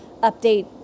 update